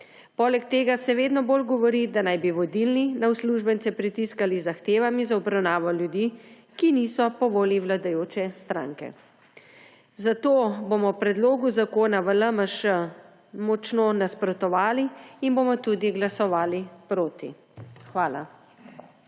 Poleg tega se vedno bolj govori, da naj bi vodilni na uslužbence pritiskali z zahtevami za obravnavo ljudi, ki niso po volji vladajoče stranke. Zato bomo predlogu zakona v LMŠ močno nasprotovali in bomo tudi glasovali proti. Hvala.